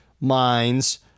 minds